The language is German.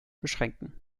beschränken